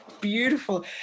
beautiful